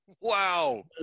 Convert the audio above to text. Wow